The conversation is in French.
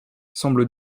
semble